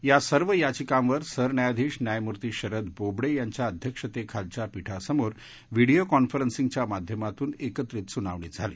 या सर्व याचिकांवर सरन्यायाधीश न्यायमूर्ती शरद बोबडे यांच्या अध्यक्षतेखालच्या पीठासमोर व्हिडिओ कॉन्फरन्सींगच्या माध्यमातून एकत्रित सुनावणी झाली